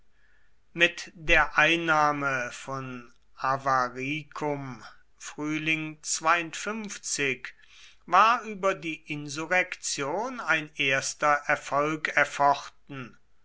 mit der einnahme von avaricum war über die insurrektion ein erster erfolg erfochten